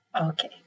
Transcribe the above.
Okay